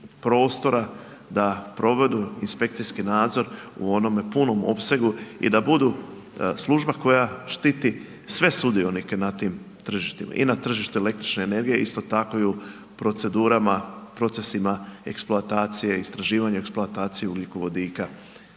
da provedu inspekcijski nadzor u onome punom opsegu i da budu služba koja štiti sve sudionike na tim tržištima i na tržištu električne energije, isto tako i u procedurama, procesima eksploatacije, istraživanje eksploatacije ugljikovodika.